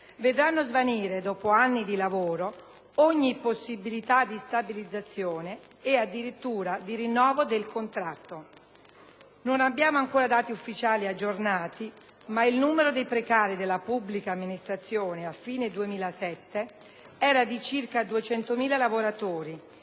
vedranno svanire, dopo anni di lavoro, ogni possibilità di stabilizzazione e, addirittura, di rinnovo del contratto. Non abbiamo ancora dati ufficiali aggiornati, ma il numero dei precari della pubblica amministrazione a fine 2007 era di circa 200.000 lavoratori,